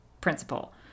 principle